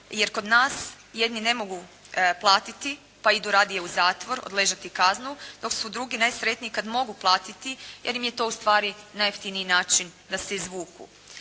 jer kod nas jedni ne mogu platiti pa idu radije u zatvor, odležati kaznu, dok su drugi najsretniji kada mogu platiti jer im je to ustvari najjeftiniji način da se izvuku.